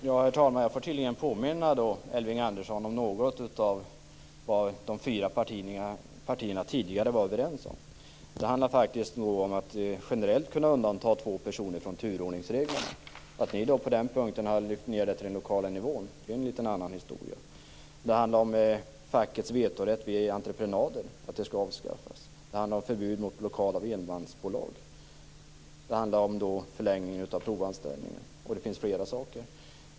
Herr talman! Jag får tydligen påminna Elving Andersson om en del av det som de fyra partierna tidigare var överens om. Det handlade då om att generellt kunna undanta två personer från turordningsreglerna. Att ni på den punkten har lyft ned detta till den lokala nivån är en annan historia. Det handlade om att fackets vetorätt vid entreprenader skulle avskaffas. Det handlade om förbud mot blockad av enmansbolag. Det handlade om en förlängning av provanställningen. Det finns ytterligare exempel.